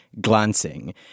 glancing